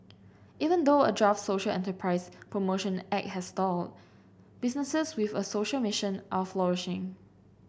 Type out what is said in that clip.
even though a draft social enterprise promotion act has stalled businesses with a social mission are flourishing